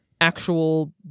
actual